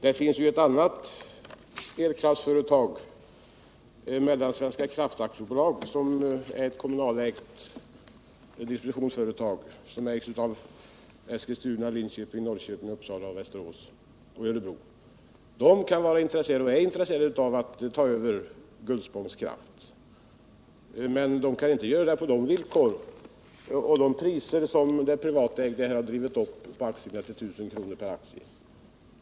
Det finns ett annat kommunalägt eldistributionsföretag, Mellansvenska Städers Kraft AB, vars delägare är Eskilstuna, Linköping, Norrköping, Uppsala, Västerås och Örebro kommuner. De är intresserade av att ta över Gullspångs Kraft, men de kan inte göra det på de villkor och de priser som det 89 privatägda kapitalet har drivit fram, i det här fallet 1 000 kr. per aktie.